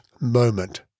moment